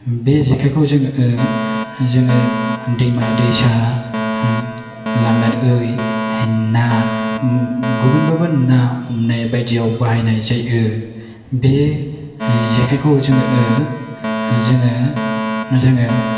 बे जेखायखौ जोङो दैमा दैसा लांनानै ना गुबुन गुबुन ना हमनाय बायदिआव बाहायनाय जायो बे ओ जेखायखौ जोङो